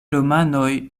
romanoj